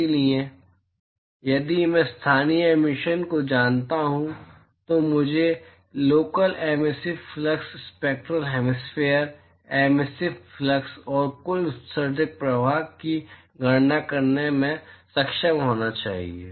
इसलिए यदि मैं स्थानीय एमिशश को जानता हूं तो मुझे local emissive flux spectral hemispherical emissive flux और कुल उत्सर्जक प्रवाह की गणना करने में सक्षम होना चाहिए